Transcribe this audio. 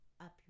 Up